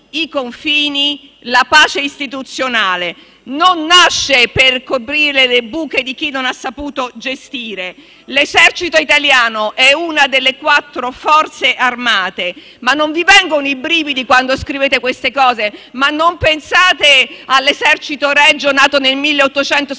i confini e la pace istituzionale non nasce per coprire le buche di chi non ha saputo gestire. L'esercito italiano è una delle quattro Forze armate: non vi vengono i brividi quando scrivete queste cose? Non pensate all'esercito regio nato nel 1861